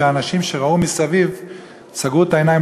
שהאנשים מסביב שראו סגרו את העיניים,